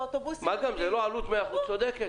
צודקת.